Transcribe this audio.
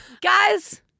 Guys